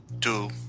Two